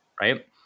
right